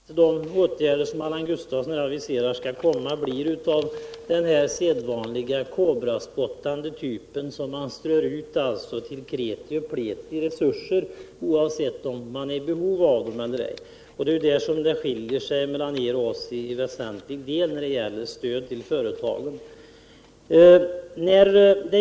Herr talman! Man får väl förutsätta att de åtgärder som Allan Gustafsson här aviserar blir av den sedvanliga kobratypen, som innebär att man spottar ut resurser till kreti och pleti, oavsett om vederbörande är i behov av stöd eller ej. Det är där det skiljer sig väsentligt mellan er och oss när det gäller stöd till företagen.